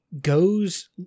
goes